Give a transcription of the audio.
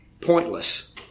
Pointless